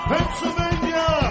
Pennsylvania